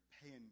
paying